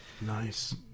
Nice